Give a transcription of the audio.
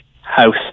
house